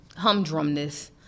humdrumness